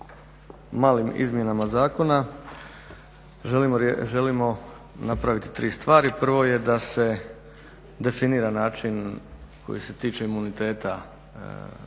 malim izmjenama zakona želimo napraviti tri stvari. Prvo je da se definira način koji se tiče imuniteta